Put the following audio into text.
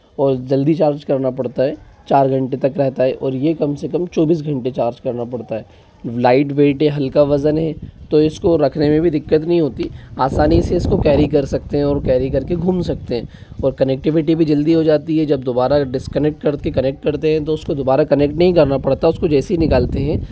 और जल्दी चार्ज करना पड़ता है चार घंटे तक रहता है और ये कम से कम चौबीस घंटे चार्ज करना पड़ता लाइट वेट है हल्का वजन है तो इसको रखने मे भी दिक्कत नहीं होती आसानी से इसको कैरी कर सकते है और कैरी करके घूम सकते है और कनेक्टिविटी भी जल्दी हो जाती है जब दोबारा डिसकनेक्ट कर के कनेक्ट करते है तो उसको दोबारा कनेक्ट नहीं करना पड़ता उसको जैसे ही निकालते है